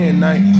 night